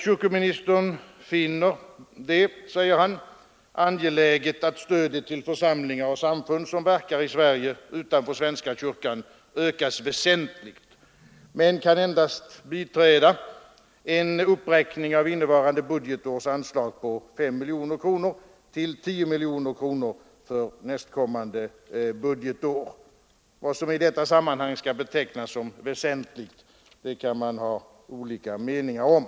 Kyrkoministern finner det, säger han, angeläget att stödet till församlingar och samfund som verkar i Sverige utanför svenska kyrkan ökas väsentligt, men han kan endast biträda en uppräkning av innevarande budgetårs anslag på 5 miljoner kronor till 10 miljoner kronor för nästkommande budgetår. Vad som i detta sammanhang skall betecknas som väsentligt kan man ha olika meningar om.